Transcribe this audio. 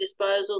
disposals